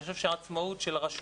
אני חושב שהעצמאות של הרשויות,